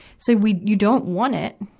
so we, you don't want it.